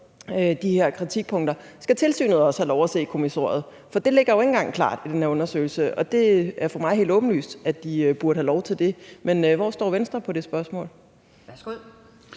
de her kritikpunkter, også have lov til at se kommissoriet, for det ligger jo ikke engang klart i den her undersøgelse? Og det er for mig helt åbenlyst, at de burde have lov til det. Men hvor står Venstre i det spørgsmål?